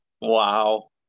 Wow